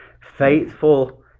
Faithful